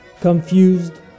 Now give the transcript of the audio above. confused